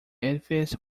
edifice